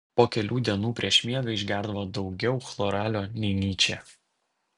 po kelių dienų prieš miegą išgerdavo daugiau chloralio nei nyčė